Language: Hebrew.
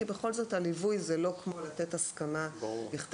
כי בכל זאת הליווי זה לא כמו לתת הסכמה בכתב.